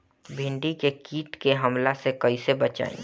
भींडी के कीट के हमला से कइसे बचाई?